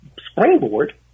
springboard